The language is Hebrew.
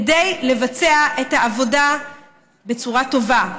כדי לבצע את העבודה בצורה טובה,